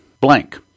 Blank